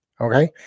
okay